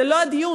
זה לא הדיון,